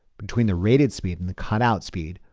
between the rated speed and the cut-out speed,